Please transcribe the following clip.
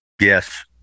Yes